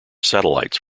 satellites